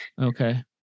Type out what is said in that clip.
Okay